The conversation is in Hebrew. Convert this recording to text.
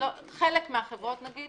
שחלק מהחברות נגיד,